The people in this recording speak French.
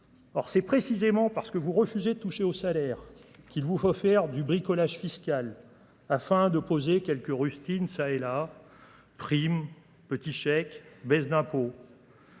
c'est précisément parce que vous refusez toucher au salaire qu'il vous faut faire du bricolage fiscal afin de poser quelques rustines ça et la prime petit chèque baisses d'impôts.